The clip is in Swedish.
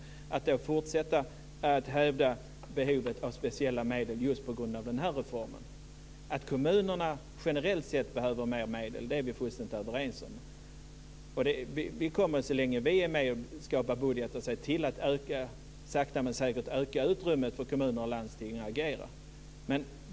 Man fortsätter att hävda behovet av speciella medel just på grund av den här reformen. Att kommunerna generellt sett behöver mer medel är vi fullständigt överens om. Så länge vi är med och skapar budgeten kommer vi att se till att sakta men säkert öka utrymmet för kommuner och landsting att agera.